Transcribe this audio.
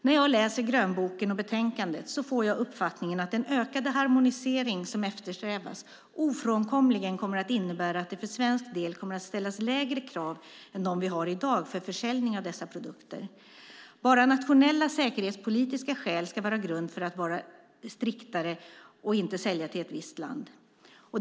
När jag läser grönboken och utlåtandet får jag uppfattningen att den ökade harmonisering som eftersträvas ofrånkomligen kommer att innebära att det för svensk del kommer att ställas lägre krav än de vi har i dag för försäljning av dessa produkter. Bara nationella säkerhetspolitiska skäl ska vara grund för att vara striktare och inte sälja till ett visst land.